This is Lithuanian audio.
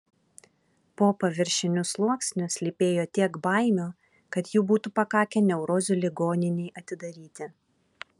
po paviršiniu sluoksniu slypėjo tiek baimių kad jų būtų pakakę neurozių ligoninei atidaryti